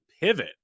pivot